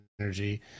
energy